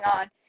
on